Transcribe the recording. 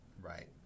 Right